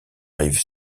rive